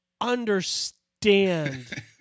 understand